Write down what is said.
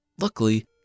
Luckily